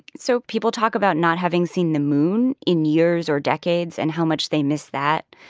so people talk about not having seen the moon in years or decades and how much they miss that.